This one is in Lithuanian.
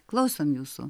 klausom jūsų